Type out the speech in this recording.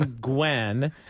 Gwen